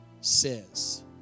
says